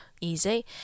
easy